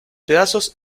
pedazos